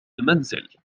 المنزل